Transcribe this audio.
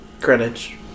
Greenwich